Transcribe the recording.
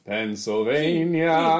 Pennsylvania